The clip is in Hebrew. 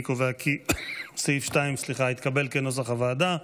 אני קובע כי סעיף 2, כנוסח הוועדה,